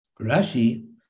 Rashi